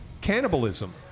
cannibalism